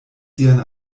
sian